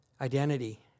Identity